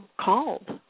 called